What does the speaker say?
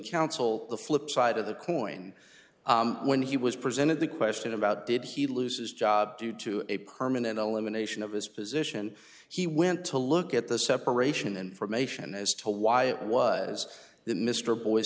counsel the flip side of the coin when he was presented the question about did he lose his job due to a permanent elimination of his position he went to look at the separation information as to why it was that mr bo